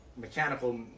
mechanical